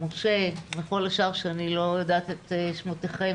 משה וכל השאר שאני לא יודעת את שמותיכם,